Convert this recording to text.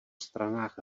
stranách